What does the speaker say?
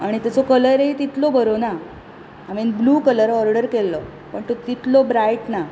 आनी ताचो कलरय तितलो बरो ना हांवें ब्लू कलर ऑर्डर केल्लो पण टो तितलो ब्रायट ना